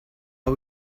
our